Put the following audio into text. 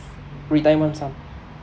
retirement sum